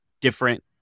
different